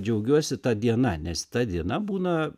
džiaugiuosi ta diena nes ta diena būna